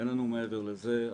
אין לנו מעבר לזה.